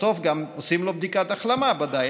בסוף גם עושים לו בדיקת החלמה, ודאי.